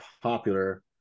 popular